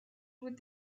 with